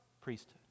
priesthood